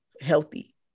healthy